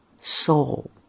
soul